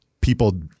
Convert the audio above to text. people